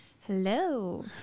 Hello